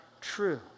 true